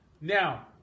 Now